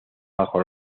bajo